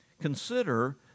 Consider